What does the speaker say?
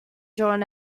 drawn